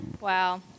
Wow